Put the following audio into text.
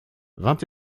vingt